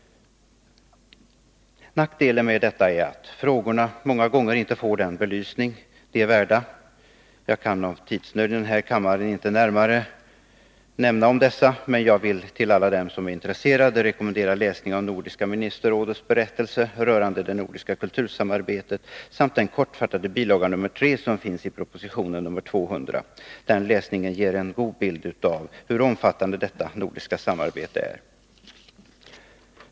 Nackdelen med detta är att frågorna många gånger inte får den belysning de är värda. Jag kan på grund av tidsnöden i kammaren inte närmare beröra dessa, men jag vill rekommendera alla dem som är intresserade att läsa Nordiska ministerrådets berättelse rörande det nordiska kultursamarbetet, samt den kortfattade bil. 3 i proposition 200. Den läsningen ger en god bild av hur omfattande detta nordiska samarbete är.